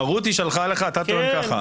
מה, רותי שלחה לך, אתה טוען ככה.